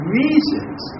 reasons